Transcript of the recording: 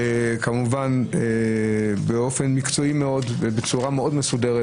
כמובן באופן מקצועי מאוד ובצורה מאוד מסודרת